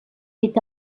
est